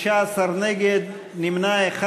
16 נגד, נמנע אחד.